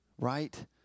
right